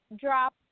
drop